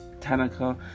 Tanaka